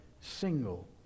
single